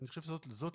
הזה.